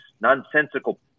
nonsensical